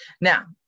Now